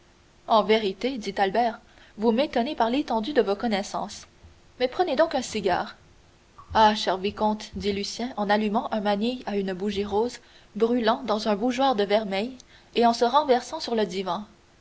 en vérité dit albert vous m'étonnez par l'étendue de vos connaissances mais prenez donc un cigare ah cher vicomte dit lucien en allumant un manille à une bougie rose brûlant dans un bougeoir de vermeil et en se renversant sur le divan